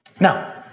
Now